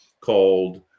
called